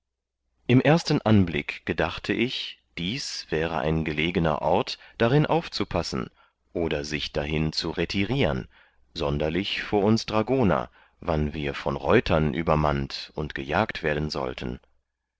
im ersten anblick gedachte ich dies wäre ein gelegener ort darin aufzupassen oder sich dahin zu retiriern sonderlich vor uns dragoner wann wir von reutern übermannt und gejagt werden sollten